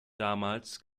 damals